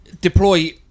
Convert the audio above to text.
deploy